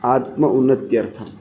आत्म उन्नत्यर्थं